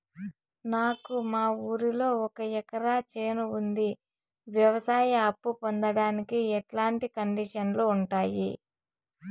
నాకు మా ఊరిలో ఒక ఎకరా చేను ఉంది, వ్యవసాయ అప్ఫు పొందడానికి ఎట్లాంటి కండిషన్లు ఉంటాయి?